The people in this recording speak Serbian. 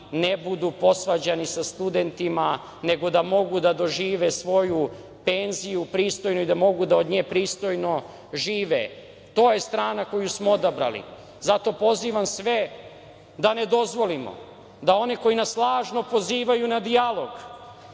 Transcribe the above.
ne budu posvađani sa studentima, nego da mogu da dožive svoju penziju pristojnu i da mogu od nje pristojno da žive. To je strana koju smo odabrali. Zato pozivam sve da ne dozvolimo da one koji nas lažno pozivaju na dijalog